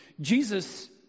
Jesus